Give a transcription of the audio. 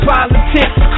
Politics